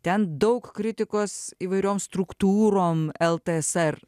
ten daug kritikos įvairiom struktūrom ltsr